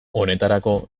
honetarako